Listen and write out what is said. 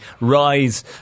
rise